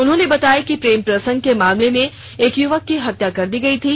उन्होंने बताया कि प्रेम प्रसंग के मामले में एक युवक की हत्या कर दी गई थी